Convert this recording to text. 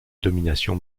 domination